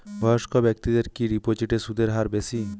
বয়স্ক ব্যেক্তিদের কি ডিপোজিটে সুদের হার বেশি?